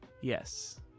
yes